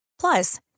Plus